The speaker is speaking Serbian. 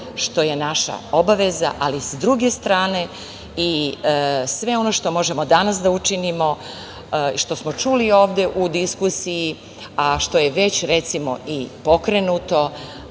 što je naša obaveza, ali s druge strane i sve ono što možemo danas da učinimo, što smo čuli ovde u diskusiji, a što je već recimo i pokrenuto,